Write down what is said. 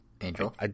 Angel